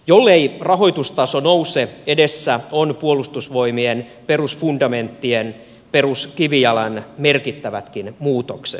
jollei rahoitustaso nouse edessä on puolustusvoimien perusfundamenttien peruskivijalan merkittävätkin muutokset